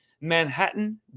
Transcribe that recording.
Manhattan